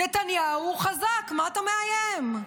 נתניהו חזק, מה אתה מאיים?